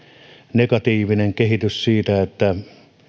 negatiivinen kehitys siten että